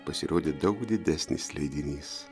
pasirodė daug didesnis leidinys